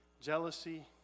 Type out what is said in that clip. Jealousy